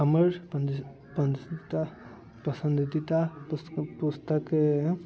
हमर पसन्दीदा पुस्तक